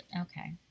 Okay